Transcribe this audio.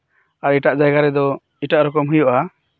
ᱟᱨ ᱮᱴᱟᱜ ᱡᱟᱭᱜᱟ ᱨᱮᱫᱚ ᱮᱴᱟᱜ ᱨᱚᱠᱚᱢ ᱦᱩᱭᱩᱜᱼᱟ